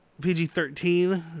pg-13